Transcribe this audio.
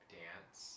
dance